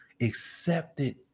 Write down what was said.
accepted